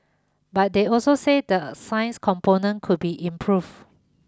but they also say the science component could be improved